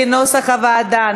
כנוסח הוועדה.